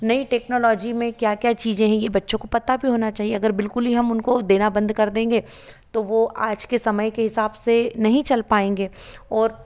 नहीं टेक्नोलॉजी में क्या क्या चीज़ें हैं ये बच्चे को पता भी होना चाहिए अगर बिलकुल भी हम उनको देना बंद कर देंगे तो वो आज के समय के हिसाब से नहीं चल पाएंगे और